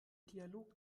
dialog